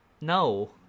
No